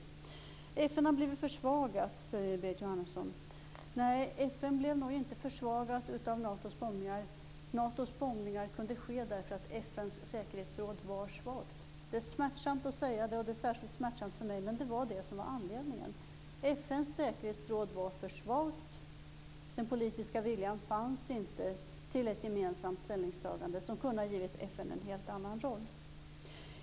Berit Jóhannesson säger att FN har blivit försvagat. Nej, FN blev nog inte försvagat av Natos bombningar. Natos bombningar kunde ske därför att FN:s säkerhetsråd var svagt. Det är smärtsamt att säga det, särskilt för mig, men det var anledningen. FN:s säkerhetsråd var för svagt, och det fanns inte politisk vilja till ett gemensamt ställningstagande som kunde ha givit FN en helt annan roll.